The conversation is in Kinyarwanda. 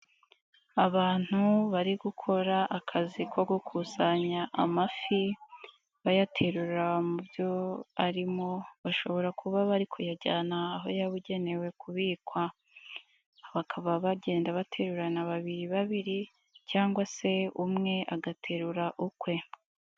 Abantu bari gukora akazi ko gukusanya amafi bayaterura mu byo arimo bashobora kuba bari kuyajyana aho yabigenewe kubikwa bakaba bagenda baterurana babiri babiri cyangwa se umwe agaterura ukwe.